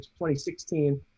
2016